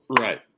Right